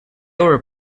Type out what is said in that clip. were